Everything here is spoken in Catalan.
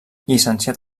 llicenciat